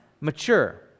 mature